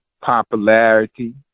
popularity